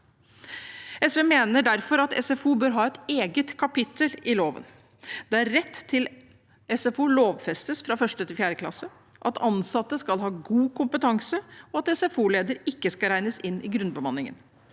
SV mener derfor at SFO bør ha et eget kapittel i loven, der det lovfestes rett til SFO fra 1. til 4. klasse, at ansatte skal ha god kompetanse, og at SFO-lederen ikke skal regnes inn i grunnbemanningen.